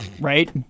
Right